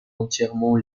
entièrement